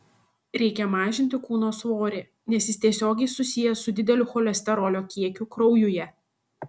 reikia mažinti kūno svorį nes jis tiesiogiai susijęs su dideliu cholesterolio kiekiu kraujuje